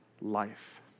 life